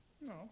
No